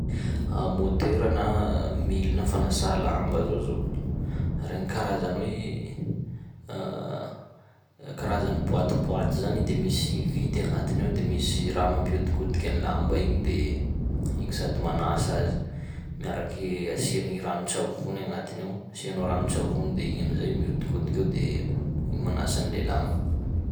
Moteur na milina fanasa lamba zao zao regny karazany hoe karazany boatiboaty zany i de misy vide agnatiny ao, de misy raha mampihodinkodiky an'ny lamba igny, de igny sady manasa azy, miaraky asian'igny ranon-tsavony agnatiny ao, asianao ranon-tsavony de igny amizay mihodinkodiky eo de igny manasa an'le lamba.